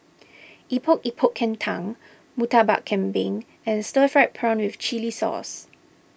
Epok Epok Kentang Murtabak Kambing and Stir Fried Prawn with Chili Sauce